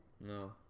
No